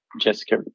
Jessica